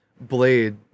Blade